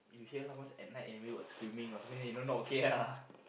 you hear lah what's at night everybody got screaming then you know not okay ah